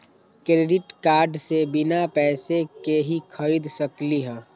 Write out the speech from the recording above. Credit card से बिना पैसे के ही खरीद सकली ह?